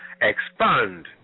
expand